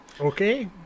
Okay